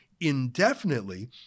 indefinitely